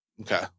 Okay